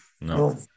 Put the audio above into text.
no